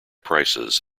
prices